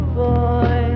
boy